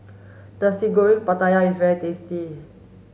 Nasi Goreng Pattaya is very tasty